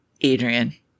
Adrian